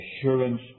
assurance